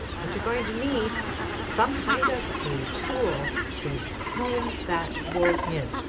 and you're going to need some kind of a tool to comb that wool in.